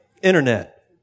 Internet